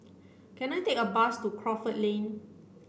can I take a bus to Crawford Lane